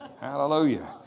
Hallelujah